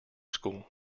school